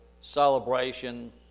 celebration